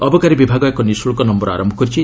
ଅବକାରୀ ବିଭାଗ ଏକ ନିଶୁଳ୍କ ନୟର ଆରମ୍ଭ କରିଛି